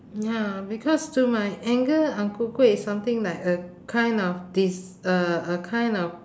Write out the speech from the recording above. ya because to my anger ang ku kueh is something like a kind of des~ uh a kind of